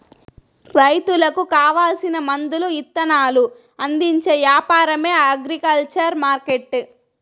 రైతులకు కావాల్సిన మందులు ఇత్తనాలు అందించే యాపారమే అగ్రికల్చర్ మార్కెట్టు